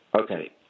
okay